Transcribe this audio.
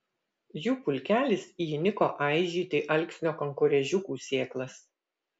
jų pulkelis įniko aižyti alksnio kankorėžiukų sėklas